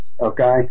okay